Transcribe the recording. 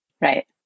Right